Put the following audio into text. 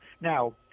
Now